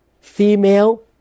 female